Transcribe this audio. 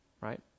right